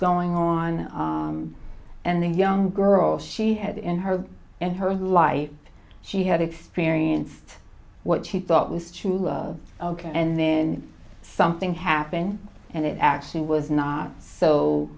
going on and the young girl she had in her and her life she had experienced what she thought was true love and then something happened and it actually was not so